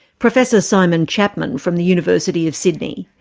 professor simon chapman from the university of sydney.